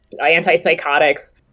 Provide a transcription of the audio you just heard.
antipsychotics